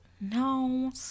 No